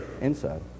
inside